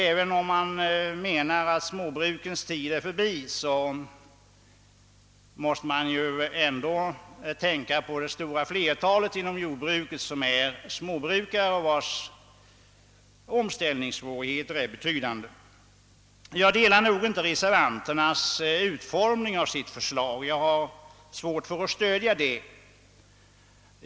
Även om man anser att småbrukens tid är förbi måste man betänka att det stora flertalet verksamma inom jordbruket är småbrukare, vars omställningssvårigheter är betydande. Jag delar inte de åsikter reservanterna givit uttryck för i sitt förslag och jag har därför svårt att stödja detta.